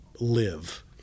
live